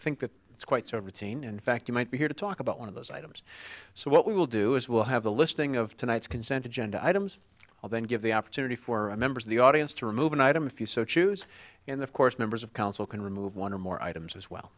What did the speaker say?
think that it's quite so routine in fact you might be here to talk about one of those items so what we will do is we'll have a listing of tonight's consent agenda items all then give the opportunity for members of the audience to remove an item if you so choose in the course members of council can remove one or more items as well